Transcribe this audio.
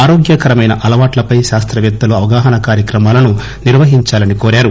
ఆరోగ్యకరమైన అలవాట్లపై శాస్తపేత్తలు అవగాహన కార్చక్రమాలను నిర్వహించాలని కోరారు